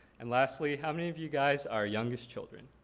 and lastly how many of you guys are youngest children?